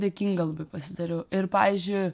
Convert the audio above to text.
dėkinga pasidariau ir pavyzdžiui